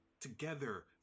together